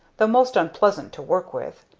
though most unpleasant to work with.